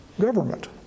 government